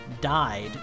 died